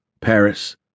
Paris